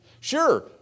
Sure